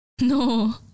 No